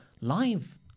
live